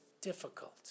difficult